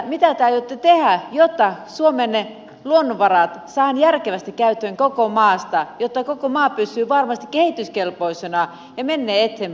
mitä te aiotte tehdä jotta suomen luonnonvarat saadaan järkevästi käyttöön koko maassa jotta koko maa pysyy varmasti kehityskelpoisena ja menee eteenpäin